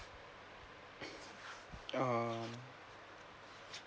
um